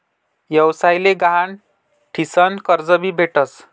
व्यवसाय ले गहाण ठीसन कर्ज भी भेटस